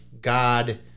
God